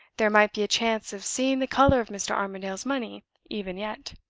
there might be a chance of seeing the color of mr. armadale's money even yet.